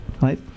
right